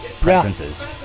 presences